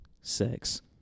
sex